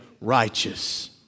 righteous